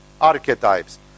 archetypes